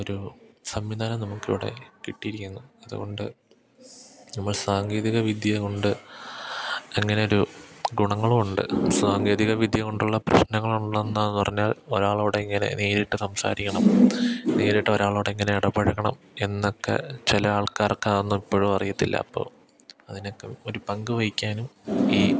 ഒരു സംവിധാനം നമുക്കിവിടെ കിട്ടിയിരിക്കുന്നു അതുകൊണ്ട് നമ്മൾ സാങ്കേതികവിദ്യ കൊണ്ട് എങ്ങനൊരു ഗുണങ്ങളുമുണ്ട് സാങ്കേതികവിദ്യ കൊണ്ടുള്ള പ്രശ്നങ്ങളുണ്ടന്ന് പറഞ്ഞാൽ ഒരാളോട് എങ്ങനെ നേരിട്ട് സംസാരിക്കണം നേരിട്ട് ഒരാളോട് എങ്ങനെ ഇടപഴകണം എന്നൊക്കെ ചില ആൾക്കാർക്ക് അതൊന്നും ഇപ്പോഴും അറിയത്തില്ല അപ്പോൾ അതിനൊക്കെ ഒരു പങ്ക് വഹിക്കാനും ഈ